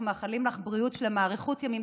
אנחנו מאחלים לך בריאות שלמה, אריכות ימים.